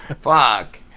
Fuck